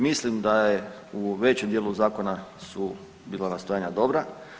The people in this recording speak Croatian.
Mislim da je u većem dijelu zakona su bila nastojanja dobra.